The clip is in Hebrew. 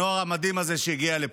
הנוער המדהים הזה שהגיע לפה,